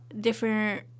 different